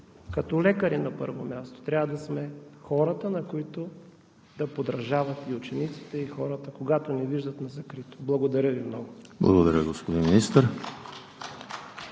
като лекари, на първо място, трябва да сме хората, на които да подражават и учениците, и хората, когато ни виждат на закрито. Благодаря Ви много. (Частични